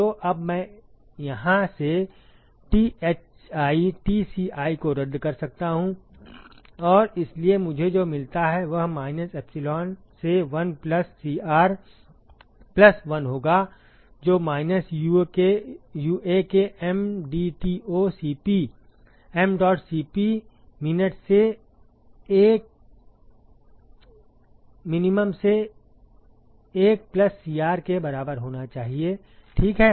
तो अब मैं यहां से Thi Tci को रद्द कर सकता हूं और इसलिए मुझे जो मिलता है वह माइनस एप्सिलॉन से 1 प्लस सीआर प्लस 1 होगा जो माइनस यूए के एमडीओटी सीपी मिनट से 1 प्लस सीआर के बराबर होना चाहिए ठीक है